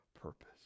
purpose